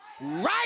right